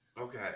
Okay